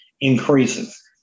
increases